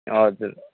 हजुर